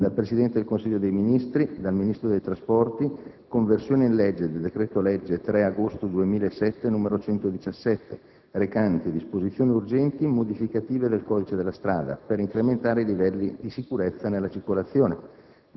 2007 Presidente del Consiglio dei ministri Ministro trasporti (Governo Prodi-II) Conversione in legge del decreto-legge 3 agosto 2007, n.117, recante disposizioni urgenti modificative del codice della strada per incrementare i livelli di sicurezza nella circolazione